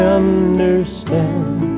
understand